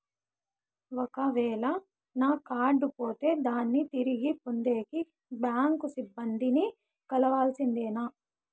ఒక వేల నా కార్డు పోతే దాన్ని తిరిగి పొందేకి, బ్యాంకు సిబ్బంది ని కలవాల్సిందేనా?